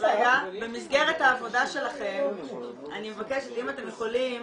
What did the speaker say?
במסגרת העבודה שלכם אני מבקשת אם אתם יכולים